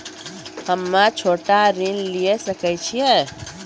हम्मे छोटा ऋण लिये सकय छियै?